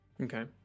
Okay